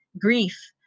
grief